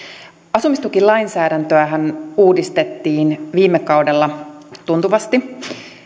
asumistukilainsäädäntöähän uudistettiin viime kaudella tuntuvasti